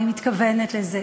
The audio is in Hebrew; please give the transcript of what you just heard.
אני מתכוונת לזה.